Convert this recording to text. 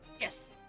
Yes